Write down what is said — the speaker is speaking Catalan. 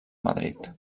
madrid